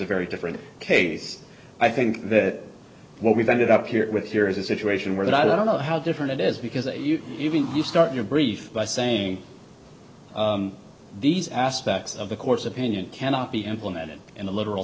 a very different case i think that what we've ended up here with here is a situation where that i don't know how different it is because you even start your brief by saying these aspects of the court's opinion cannot be implemented in the literal